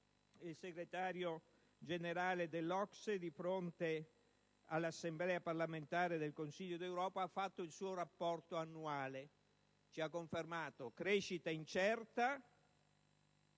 il segretario generale dell'OCSE, di fronte all'Assemblea parlamentare del Consiglio d'Europa, ha illustrato il suo rapporto annuale: ha confermato una crescita incerta